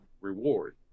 reward